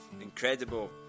Incredible